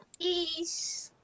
Peace